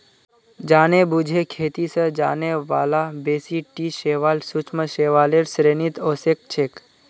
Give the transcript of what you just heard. जानेबुझे खेती स जाने बाला बेसी टी शैवाल सूक्ष्म शैवालेर श्रेणीत ओसेक छेक